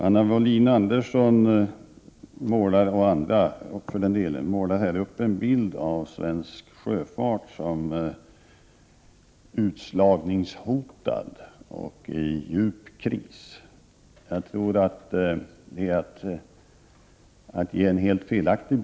Anna Wohlin-Andersson målar upp en bild av svensk sjöfart som om den vore utslagningshotad och i djup kris. Jag tror att denna bild av situationen är helt felaktig.